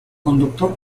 conductor